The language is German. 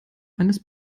eines